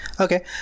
Okay